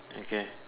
okay